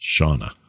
Shauna